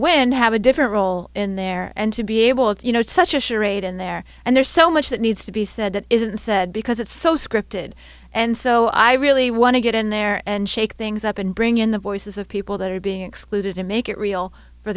win have a different role in there and to be able to you know it's such a charade in there and there's so much that needs to be said that isn't said because it's so scripted and so i really want to get in there and shake things up and bring in the voices of people that are being excluded to make it real for